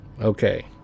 okay